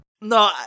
No